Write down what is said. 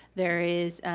there is,